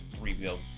rebuild